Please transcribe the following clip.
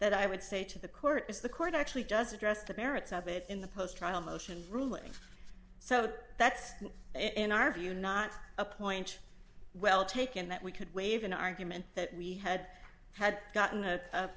that i would say to the court is the court actually does address the merits of it in the post trial motions ruling so that's in our view not a point well taken that we could waive an argument that we had had gotten